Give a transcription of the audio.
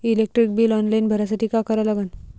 Electric bill online भरासाठी का करा लागन?